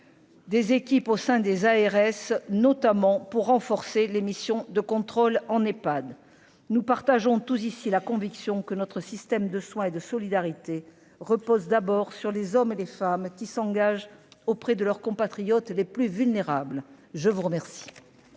des équipes au sein des ARS, notamment pour renforcer les missions de contrôle en Ephad, nous partageons tous ici la conviction que notre système de soins et de solidarité repose d'abord sur les hommes et les femmes qui s'engagent auprès de leurs compatriotes les plus vulnérables, je vous remercie.